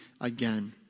again